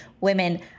women